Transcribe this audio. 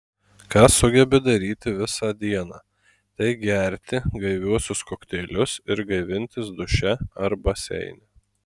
ką sugebi daryti visą dieną tai gerti gaiviuosius kokteilius ir gaivintis duše ar baseine